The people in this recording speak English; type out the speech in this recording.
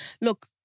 look